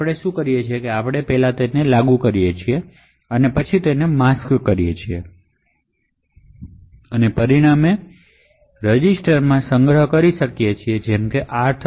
આપણે જે કરીએ છીએ તે તે છે કે આપણે પહેલા તેને માસ્ક કરીએ અને પરિણામને ડેડીકેટેડ રજિસ્ટરમાં સંગ્રહ કરીએ જેમ કે r30